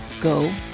Go